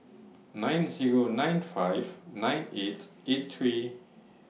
nine Zero nine five nine eight eight three